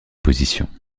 position